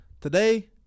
today